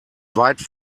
weit